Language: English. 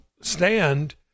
stand